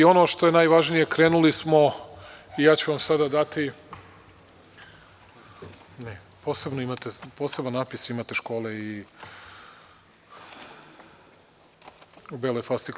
Ono što je najvažnije krenuli smo i ja ću vam sada dati … ne, posebno imate, poseban natpis škole u beloj fascikli.